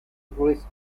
agrees